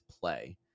play